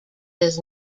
does